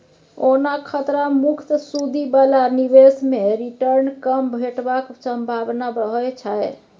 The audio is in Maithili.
ओना खतरा मुक्त सुदि बला निबेश मे रिटर्न कम भेटबाक संभाबना रहय छै